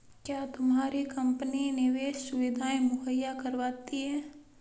क्या तुम्हारी कंपनी निवेश सुविधायें मुहैया करवाती है?